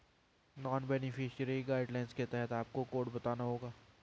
non beneficiary guidelines के तहत आपको कोड बताना होगा